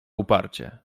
uparcie